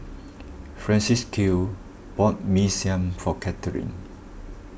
Francisqui bought Mee Siam for Katherine